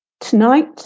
Tonight